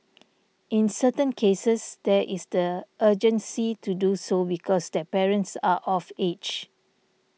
in certain cases there is the urgency to do so because their parents are of age